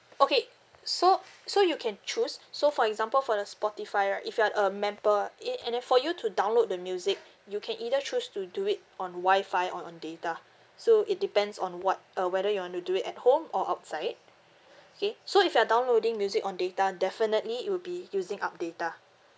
okay so so you can choose so for example for the Spotify right if you are a member ah eh and then for you to download the music you can either choose to do it on Wi-Fi or on data so it depends on what uh whether you want to do it at home or outside okay so if you are downloading music on data definitely it will be using up data